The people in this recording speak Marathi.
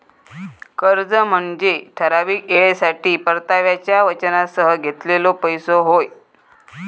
कर्ज म्हनजे ठराविक येळेसाठी परताव्याच्या वचनासह घेतलेलो पैसो होय